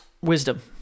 Wisdom